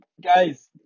guys